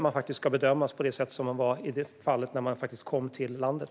Man ska bedömas enligt den ålder man var när man kom till landet.